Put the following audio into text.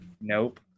Nope